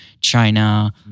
china